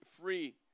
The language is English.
free